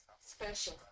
Special